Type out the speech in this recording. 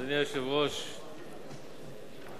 אדוני היושב-ראש,